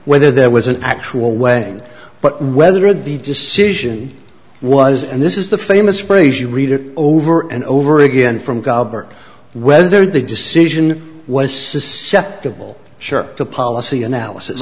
whether there was an actual way but whether the decision was and this is the famous phrase you read it over and over again from gobert whether the decision was susceptible share to policy analysis